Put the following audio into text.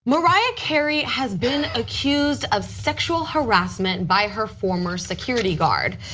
mariah carey has been accused of sexual harassment by her former security guard.